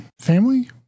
family